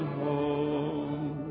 home